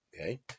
okay